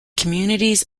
communities